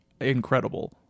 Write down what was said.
incredible